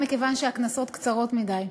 וגם מכיוון שהכנסות קצרות מדי.